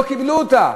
לא קיבלו אותה.